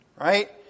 right